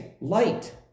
Light